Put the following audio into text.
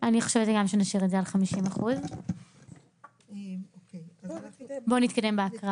אני גם חושבת שנשאיר את זה על 50%. בואו נתקדם בהקראה.